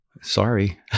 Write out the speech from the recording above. Sorry